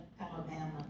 Alabama